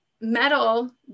metal